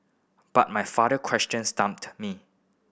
but my father question stumped me